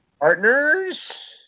partners